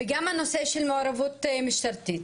וגם הנושא של מעורבות משטרתית,